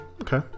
Okay